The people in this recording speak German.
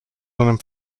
seinem